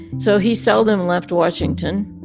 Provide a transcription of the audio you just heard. so he seldom left washington.